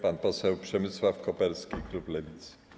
Pan poseł Przemysław Koperski, klub Lewicy.